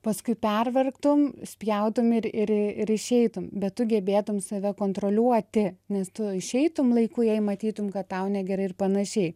paskui pervargtum spjautum ir ir išeitum bet tu gebėtum save kontroliuoti nes tu išeitum laiku jei matytum kad tau negerai ir panašiai